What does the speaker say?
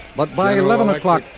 but by eleven o'clock,